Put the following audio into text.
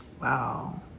Wow